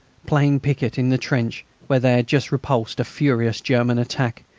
playing piquet in the trench where they had just repulsed a furious german attack,